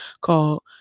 called